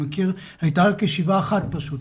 הייתה רק ישיבה אחת פשוט.